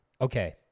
okay